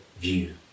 view